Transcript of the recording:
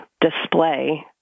display